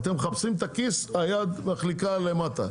אתם מחפשים את הכיס, היד מחליקה למטה.